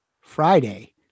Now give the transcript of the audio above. Friday